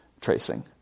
tracing